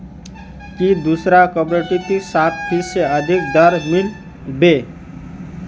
की दूसरा कॉपरेटिवत सात फीसद स अधिक दर मिल बे